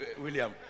William